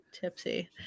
tipsy